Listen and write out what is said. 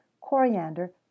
coriander